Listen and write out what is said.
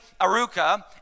aruka